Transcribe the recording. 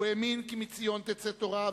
הוא האמין "כי מציון תצא תורה",